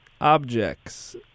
objects